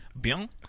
Bien